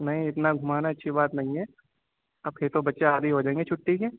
نہیں اتنا گھمانا اچھی بات نہیں ہے آپ کے تو بچے عادی ہو جائیں گے چھٹّی کے